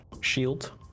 shield